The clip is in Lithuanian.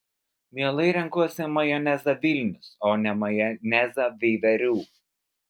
mielai renkuosi majonezą vilnius o ne majonezą veiverių